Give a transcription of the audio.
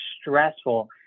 stressful